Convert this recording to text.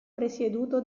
presieduto